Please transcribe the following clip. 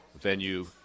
venue